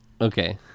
Okay